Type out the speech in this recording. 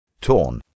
Torn